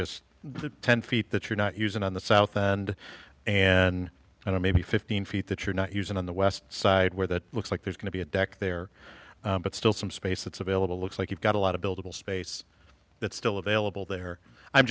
the ten feet that you're not using on the south and and i don't maybe fifteen feet that you're not using on the west side where that looks like there's going to be a deck there but still some space that's available looks like you've got a lot of buildable space that's still available there i'm